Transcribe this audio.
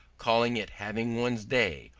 calling it having one's day,